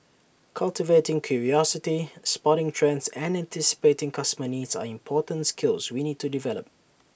cultivating curiosity spotting trends and anticipating customer needs are important skills we need to develop